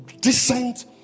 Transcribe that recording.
decent